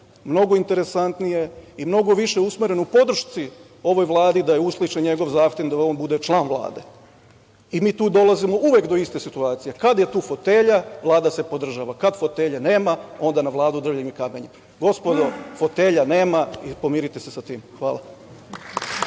mnogo interesantnije i mnogo više usmereno u podršci ovoj Vladi, da usliše njegov zahtev da on bude član Vlade i mi tu dolazimo uvek do iste situacije. Kada je tu fotelja Vlada se podržava, kada fotelje nema, onda na Vladu drvljem i kamenjem. Gospodo, fotelja nema i pomirite se sa tim. Hvala.